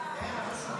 עכשיו אני?